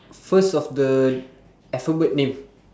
first of the alphabet name